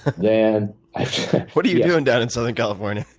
then what are you doing down in southern california?